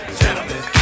gentlemen